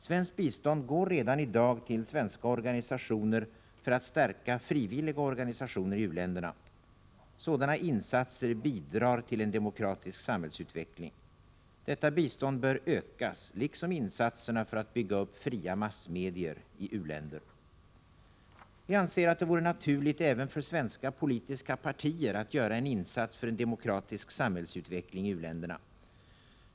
Svenskt bistånd går redan i dag till svenska organisationer för att stärka frivilliga organisationer i u-länderna. Sådana insatser bidrar till en demokratisk samhällsutveckling. Detta bistånd bör ökas liksom insatserna för att bygga upp fria massmedier i u-länder. Vi anser att det vore naturligt även för svenska politiska partier att göra en insats för en demokratisk samhällsutveckling i u-länderna.